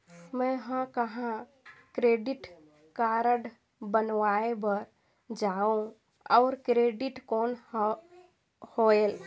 मैं ह कहाँ क्रेडिट कारड बनवाय बार जाओ? और क्रेडिट कौन होएल??